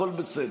הכול בסדר.